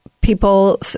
people